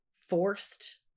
forced